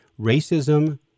Racism